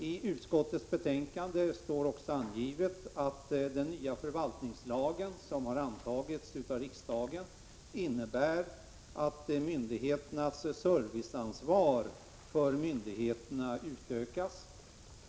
I utskottets betänkande står också angivet att den nya förvaltningslagen, som har antagits av riksdagen, innebär att myndigheternas service ansvar utökas.